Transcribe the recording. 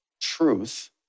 truth